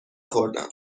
خوردم